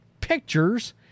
pictures